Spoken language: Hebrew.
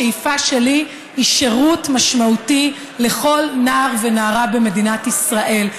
השאיפה שלי היא שירות משמעותי לכל נער ונערה במדינת ישראל.